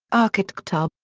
architektur.